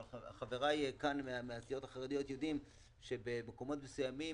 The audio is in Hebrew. אבל חבריי כאן מן הסיעות החרדיות יודעים שבמקומות מסוימים